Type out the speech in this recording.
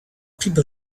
people